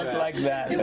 like that.